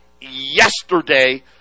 yesterday